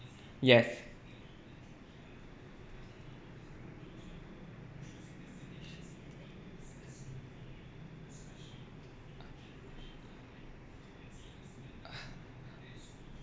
yes